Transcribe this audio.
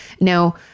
Now